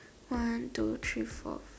one two three four